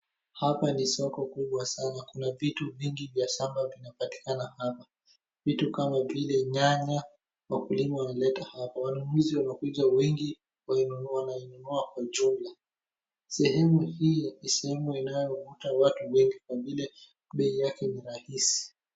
Hapa ni soko kubwa sana. Kuna vitu vingi vya shamba vinapatikana hapa. Vitu kama vile nyanya, wakulima wanaleta hapa. Wanunuzi wanakuja wengi kuinunua, wanainunua kwa jumla. Sehemu hii ni sehemu inayovuta watu wengi kwa vile bei yake ni rahisi.